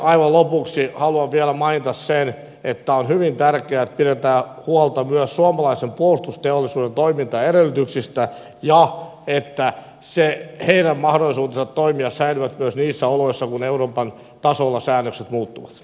aivan lopuksi haluan vielä mainita sen että on hyvin tärkeää että pidetään huolta myös suomalaisen puolustusteollisuuden toimintaedellytyksistä ja siitä että sen mahdollisuudet toimia säilyvät myös niissä oloissa kun euroopan tasolla säännökset muuttuvat